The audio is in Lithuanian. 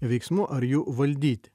veiksmų ar jų valdyti